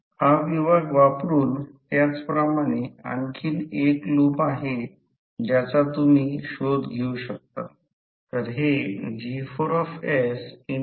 आणि शेवटी पुन्हा या बिंदू नंतर पूर्वीप्रमाणेच पहा तो याप्रमाणे येईल आणि शेवटी तो याप्रमाणे येईल